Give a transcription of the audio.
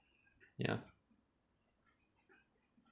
ya